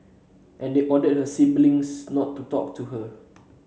and they ordered her siblings not to talk to her